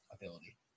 ability